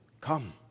Come